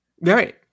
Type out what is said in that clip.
Right